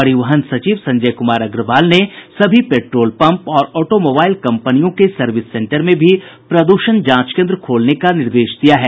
परिवहन सचिव संजय कुमार अग्रवाल ने सभी पेट्रोल पंप और ऑटोमोबाईल कम्पनियों के सर्विस सेंटर में भी प्रद्रषण जांच केन्द्र खोलने का निर्देश दिया है